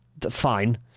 fine